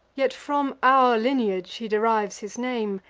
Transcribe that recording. yet from our lineage he derives his name,